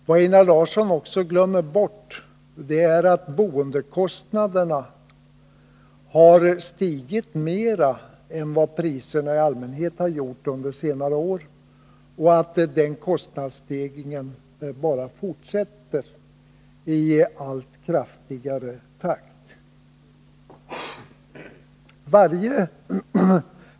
Vad Einar Larsson också glömmer bort är att boendekostnaderna har stigit mer än vad priserna i allmänhet har gjort under senare år och att den kostnadsstegringen bara fortsätter i allt snabbare takt.